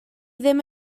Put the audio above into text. ddim